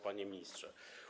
Panie Ministrze!